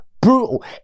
brutal